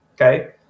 okay